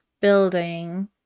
building